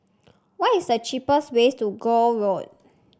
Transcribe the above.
what is the cheapest way to Gul Road